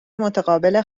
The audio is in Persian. متقابل